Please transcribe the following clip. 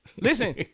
Listen